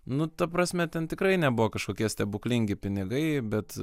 nu ta prasme ten tikrai nebuvo kažkokie stebuklingi pinigai bet